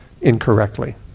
incorrectly